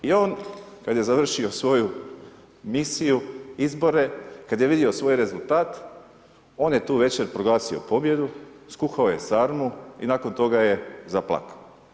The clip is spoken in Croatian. I on kad je završio svoju misiju, izbore, kad je vidio svoj rezultat, on je tu večer proglasio pobjedu, skuhao je sarmu i nakon toga je zaplakao.